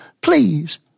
Please